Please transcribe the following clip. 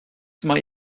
mae